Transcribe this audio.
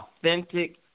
authentic